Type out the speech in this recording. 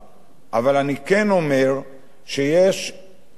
אבל כן אומר שיש לעודד